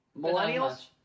millennials